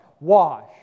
wash